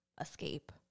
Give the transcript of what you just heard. escape